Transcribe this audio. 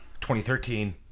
2013